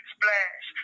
Splash